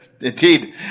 Indeed